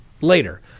later